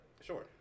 Sure